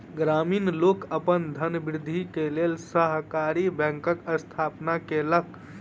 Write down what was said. ग्रामीण लोक अपन धनवृद्धि के लेल सहकारी बैंकक स्थापना केलक